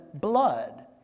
blood